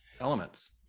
elements